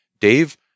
Dave